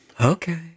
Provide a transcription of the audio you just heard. Okay